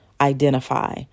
identify